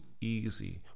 easy